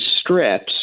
strips